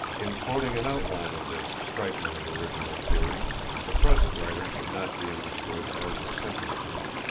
in quoting an outline of this strikingly original theory the present writer should not be understood as assenting to it.